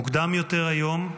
מוקדם יותר היום,